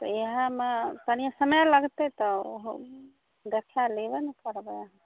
इएहमे तनिए समए लगतै तऽ ओहो देखा लेबै नहि करबै